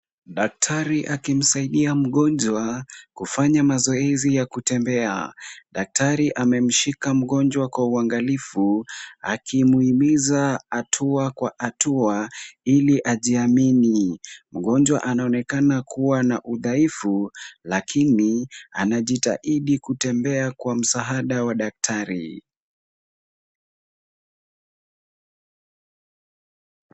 Daktari akimsaidia mgonjwa kufanya mazoezi ya kutembea. Daktari amemshika mgonjwa kwa uangalifu, akimhimiza, hatua kwa hatua ili ajiamini. Mgonjwa anaonekana kuwa na udhaifu, lakini anajitahidi kutembea kwa msaada wa daktari.